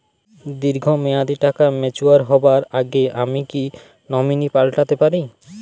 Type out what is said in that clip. দীর্ঘ মেয়াদি টাকা ম্যাচিউর হবার আগে আমি কি নমিনি পাল্টা তে পারি?